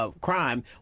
crime